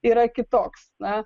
yra kitoks na